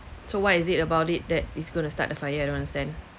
so what is it about it that is gonna start the fire I don't understand